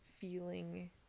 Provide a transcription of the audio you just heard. feeling